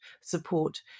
support